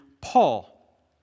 Paul